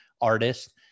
artist